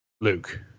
Luke